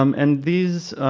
um and these